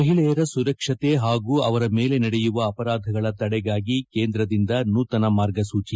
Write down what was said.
ಮಹಿಳೆಯರ ಸುರಕ್ಷತೆ ಹಾಗೂ ಅವರ ಮೇಲೆ ನಡೆಯುವ ಅಪರಾಧಗಳ ತಡೆಗಾಗಿ ಕೇಂದ್ರದಿಂದ ನೂತನ ಮಾರ್ಗಸೂಚಿ